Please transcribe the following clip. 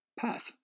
path